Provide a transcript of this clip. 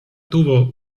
tuvo